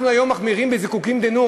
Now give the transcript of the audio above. אנחנו היום מחמירים בזיקוקין די-נור,